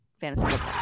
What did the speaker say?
Fantasy